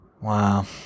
Wow